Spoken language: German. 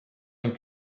ein